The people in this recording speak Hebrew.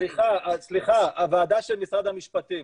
סליחה, הוועדה של משרד המשפטים.